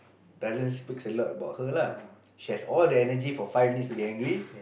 doesn't speaks a lot about her lah she has all the energy for five minutes to be angry